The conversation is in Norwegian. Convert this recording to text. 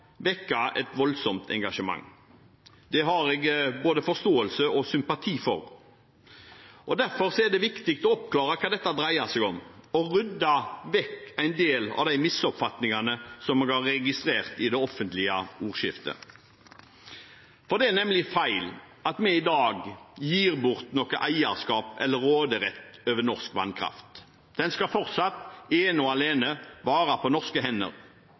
et voldsomt engasjement. Det har jeg både forståelse og sympati for. Derfor er det viktig å oppklare hva dette dreier seg om, og rydde vekk en del av de misoppfatningene som jeg har registrert i det offentlige ordskiftet. Det er nemlig feil at vi i dag gir bort noe eierskap eller råderett over norsk vannkraft. Den skal fortsatt ene og alene være på norske hender.